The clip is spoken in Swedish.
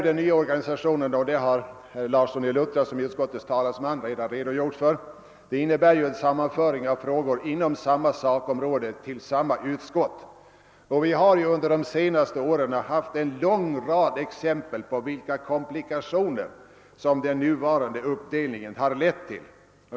Den nya organisationen innebär, vilket herr Larsson i Luttra såsom utskottets talesman redan redogjort för, ett sammanförande av frågor inom samma sakområde till ett enda utskott. Vi har under de senaste åren haft en lång rad exempel på vilka komplikationer som den nuvarande uppdelningen lett till.